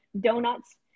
donuts